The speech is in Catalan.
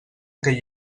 aquell